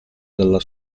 dalla